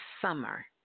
summer